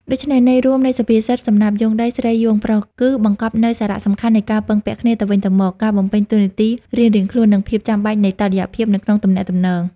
ដូច្នេះ ន័យរួមនៃសុភាសិត សំណាបយោងដី ស្រីយោងប្រុស គឺបង្កប់នូវសារៈសំខាន់នៃការពឹងពាក់គ្នាទៅវិញទៅមក ការបំពេញតួនាទីរៀងៗខ្លួន និងភាពចាំបាច់នៃតុល្យភាពនៅក្នុងទំនាក់ទំនង។